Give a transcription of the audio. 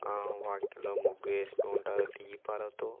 వాకిలీలో ముగ్గు వేస్తూ ఉంటారు దీపాలతో